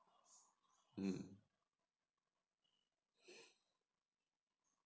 mm